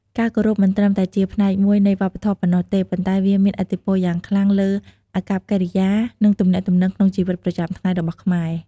ការគោរពមិនត្រឹមតែជាផ្នែកមួយនៃវប្បធម៌ប៉ុណ្ណោះទេ ប៉ុន្តែវាមានឥទ្ធិពលយ៉ាងខ្លាំងលើអាកប្បកិរិយា និងទំនាក់ទំនងក្នុងជីវិតប្រចាំថ្ងៃរបស់ខ្មែរ។